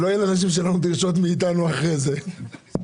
דבר שאני לא מסכים איתו ומצד שני אני מבקש לדעת מה קורה בפריפריה,